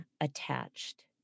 attached